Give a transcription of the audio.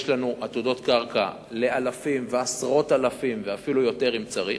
יש לנו עתודות קרקע לאלפים ועשרות אלפים ואפילו יותר אם צריך,